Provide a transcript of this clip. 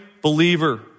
believer